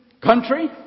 country